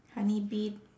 honey bee